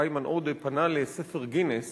היימן עודה, לספר גינס